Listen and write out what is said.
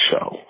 show